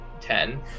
Ten